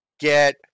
Get